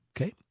Okay